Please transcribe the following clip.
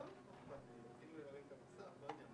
אפשר לנסוע ולהיכנס